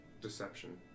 deception